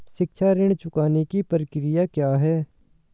शिक्षा ऋण चुकाने की प्रक्रिया क्या है?